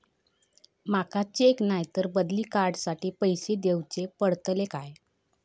माका चेक नाय तर बदली कार्ड साठी पैसे दीवचे पडतले काय?